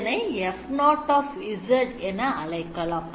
இதனை F0 என்று அழைக்கலாம்